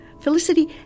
Felicity